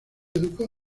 educó